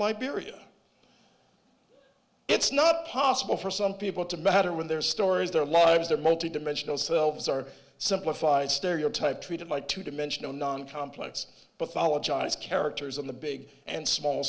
liberia it's not possible for some people to matter when their stories their lives their multidimensional selves are simplified stereotyped treated by two dimensional non complex but follow chinese characters on the big and small